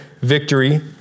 victory